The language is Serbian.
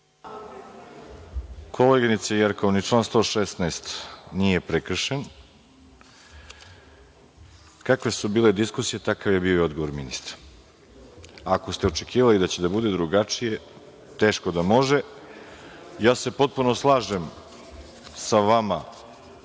Koleginice Jerkov, ni član 116. nije prekršen. Kakve su bile diskusije, takav je bio i odgovor ministra. Ako ste očekivali da će da bude drugačije, teško da može. Potpuno se slažem sa vama